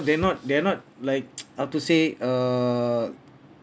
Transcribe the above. they're not they're not like how to say err